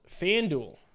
FanDuel